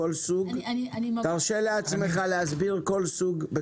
תרשה לעצמך להסביר כל סוג.